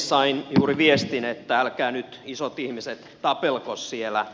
sain juuri viestin että älkää nyt isot ihmiset tapelko siellä